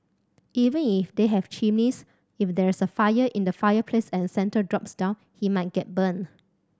even if they have chimneys if there's a fire in the fireplace and Santa drops down he might get burnt